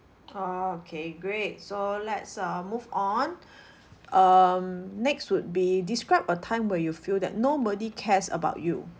orh okay great so let's uh move on um next would be describe a time where you feel that nobody cares about you